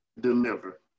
deliver